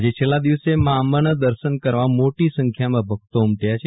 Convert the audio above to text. આજે છેલ્લા દિવસે મા અંબાના દર્શન કરવા મોટી સંખ્યામાં ભક્તો ઉમટી પડશે